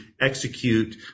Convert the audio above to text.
execute